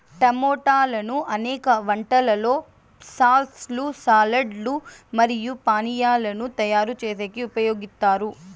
టమోటాలను అనేక వంటలలో సాస్ లు, సాలడ్ లు మరియు పానీయాలను తయారు చేసేకి ఉపయోగిత్తారు